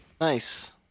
Nice